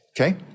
Okay